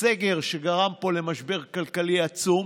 הסגר, שגרם פה למשבר כלכלי עצום,